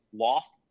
lost